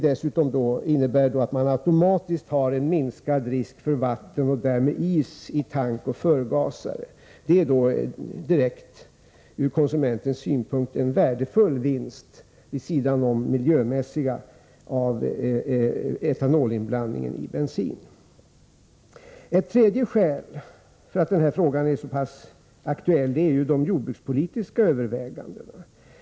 Det innebär dessutom att risken för vatten, och därmed is, i tank och förgasare minskas. Ur konsumenternas synpunkt ger tillsats av etanol i bensin en värdefull vinst, och detta då förutom de miljömässiga fördelarna. För det tredje är frågan aktuell på grund av de jordbrukspolitiska övervägandena.